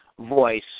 voice